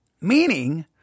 meaning